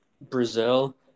Brazil